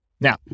Now